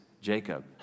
Jacob